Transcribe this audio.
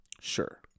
sure